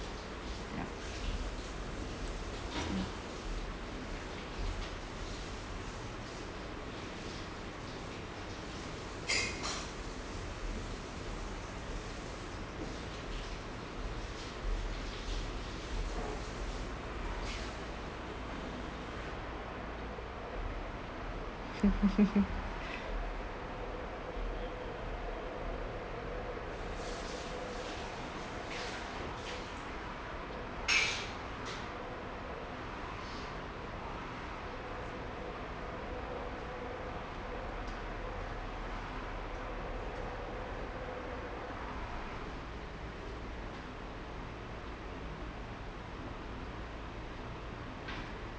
ya mm